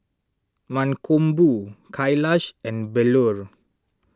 Mankombu Kailash and Bellur